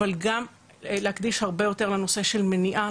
אבל גם להקדיש הרבה יותר לנושא של מניעה,